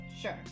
Sure